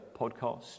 podcast